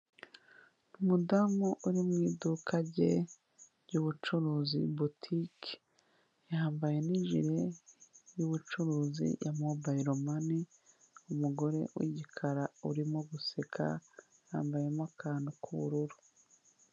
Umu damu uri mu iduka rye ry'ubucuruzi butike, yambaye n'ijiri y'ubucuruzi ya mobile mane, umugore w'igikara urimo guseka yambayemo akantu k'ubururu.